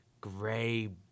gray